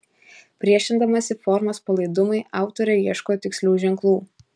priešindamasi formos palaidumui autorė ieško tikslių ženklų